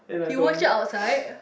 you watch it outside